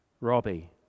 Robbie